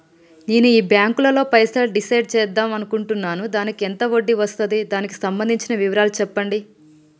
నేను ఈ బ్యాంకులో పైసలు డిసైడ్ చేద్దాం అనుకుంటున్నాను దానికి ఎంత వడ్డీ వస్తుంది దానికి సంబంధించిన వివరాలు చెప్పండి?